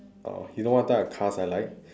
oh you know what type of cars I like